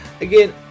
again